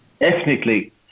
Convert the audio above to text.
ethnically